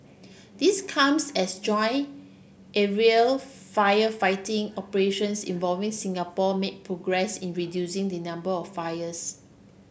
this comes as joint aerial firefighting operations involving Singapore made progress in reducing the number of fires